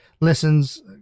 listens